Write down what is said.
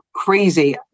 crazy